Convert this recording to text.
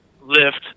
lift